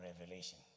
revelation